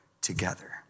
together